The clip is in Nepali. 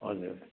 हजुर